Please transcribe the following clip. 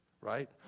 right